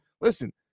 listen